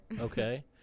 okay